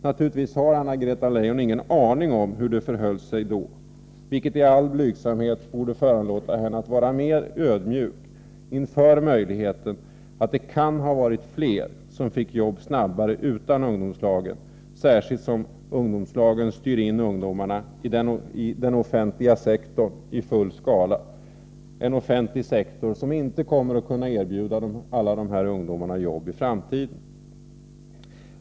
Naturligtvis har Anna-Greta Leijon ingen aning om hur det förhöll sig då, vilket i all blygsamhet borde föranlåta henne att vara mer ödmjuk inför möjligheten att det kunde ha varit fler som fick jobb snabbare utan ungdomslagen, särskilt som ungdomslagen styr in ungdomarna i den offentliga sektorn i full skala, en offentlig sektor som inte kommer att kunna erbjuda alla dessa ungdomar jobb i framtiden.